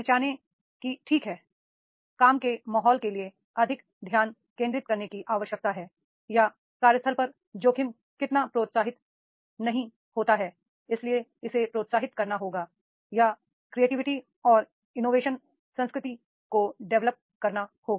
पहचानें कि ठीक है काम के माहौल के लिए अधिक ध्यान केंद्रित करने की आवश्यकता होती है या कार्यस्थल पर जोखिम इतना प्रोत्साहित नहीं होता है इसलिए इसे प्रोत्साहित करना होगा या क्रिएटिविटी और इनोवेशन संस्कृति को डेवलप करना होगा